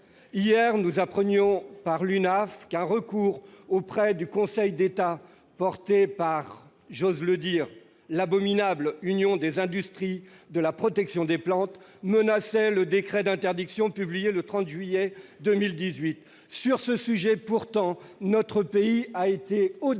nous apprenait hier qu'un recours auprès du Conseil d'État, porté par- j'ose le dire -l'abominable Union des industries de la protection des plantes menaçait le décret d'interdiction publié le 30 juillet 2018. Sur ce sujet, notre pays a pourtant